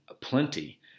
plenty